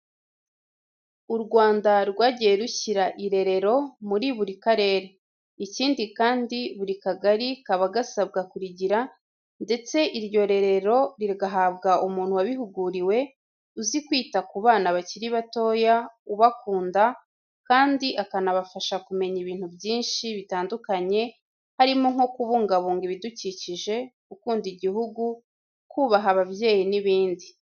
U Rwanda rwagiye rushyira irerero muri buri karere. Ikindi kandi buri kagari kaba gasabwa kurigira ndetse iryo rerero rigahabwa umuntu wabihuguriwe, uzi kwita ku bana bakiri batoya, ubakunda kandi akanabafasha kumenya ibintu byinshi bitandukanye harimo nko kubungabunga ibidukikije, gukunda Igihugu, kubaha ababyeyi n'ibindi.